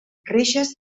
reixes